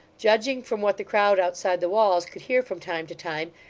judging from what the crowd outside the walls could hear from time to time,